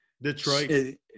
Detroit